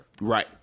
right